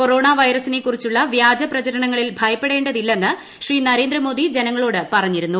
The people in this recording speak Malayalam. കൊറോണ വൈറസിനെ കുറിച്ചുള്ള വ്യാജപ്രചരണങ്ങളിൽ ഭയപ്പെടേണ്ടതില്ലെന്ന് ശ്രീ നരേന്ദ്രമോദി ജനങ്ങളോട് പറഞ്ഞിരുന്നു